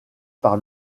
par